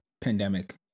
pandemic